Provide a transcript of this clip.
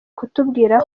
kutubwira